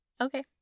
okay